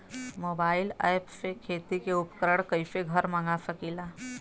Mobile ऐपसे खेती के उपकरण कइसे घर मगा सकीला?